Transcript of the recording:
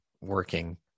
working